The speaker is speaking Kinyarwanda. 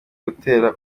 gutera